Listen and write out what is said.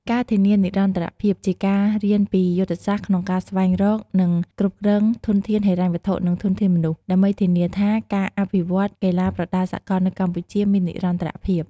ការធានានិរន្តរភាពជាការ រៀនពីយុទ្ធសាស្ត្រក្នុងការស្វែងរក និងគ្រប់គ្រងធនធានហិរញ្ញវត្ថុ និងធនធានមនុស្ស ដើម្បីធានាថាការអភិវឌ្ឍន៍កីឡាប្រដាល់សកលនៅកម្ពុជាមាននិរន្តរភាព។